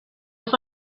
was